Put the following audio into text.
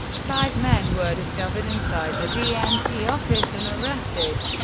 five men were discovered inside the dnc office and arrested.